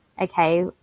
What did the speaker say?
okay